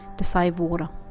to save water.